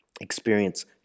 experience